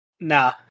Nah